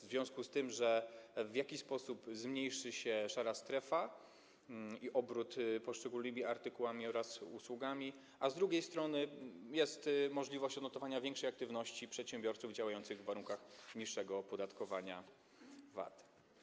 W jakiś sposób zmniejszy się szara strefa i obrót poszczególnymi artykułami oraz usługami, a z drugiej strony jest możliwość odnotowania większej aktywności przedsiębiorców działających w warunkach niższego opodatkowania VAT.